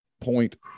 point